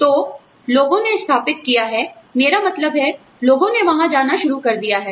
तो लोगों ने स्थापित किया है आप जानते हैं मेरा मतलब है लोगों ने वहां जाना शुरू कर दिया है